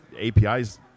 APIs